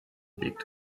liegt